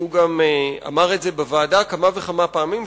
והוא אמר את זה גם בוועדה כמה וכמה פעמים,